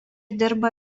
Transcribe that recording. dirba